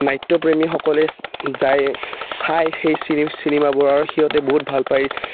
নাট্যপ্ৰেমীসকলে যায় চাই সেই চি চিনেমাবোৰৰ সিহঁতে বহুত ভাল পায়